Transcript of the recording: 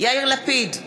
יאיר לפיד,